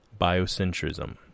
Biocentrism